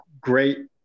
great